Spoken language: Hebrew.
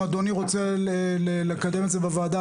אם אדוני רוצה לקדם את זה בוועדה,